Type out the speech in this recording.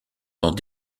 dans